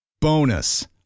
Bonus